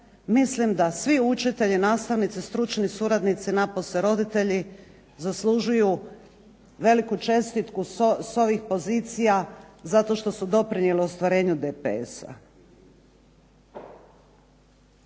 mislim da svi učitelji, nastavnici, stručni suradnici, napose roditelji zaslužuju veliku čestitku s ovih pozicija zato što su doprinijeli ostvarenju DPS-a.